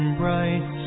bright